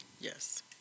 Yes